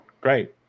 great